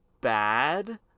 bad